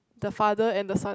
the father and the son